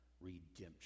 redemption